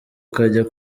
ukajya